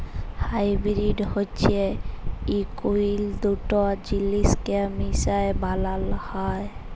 hybrid হছে অকুলীল দুট জিলিসকে মিশায় বালাল হ্যয়